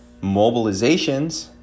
mobilizations